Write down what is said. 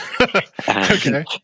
Okay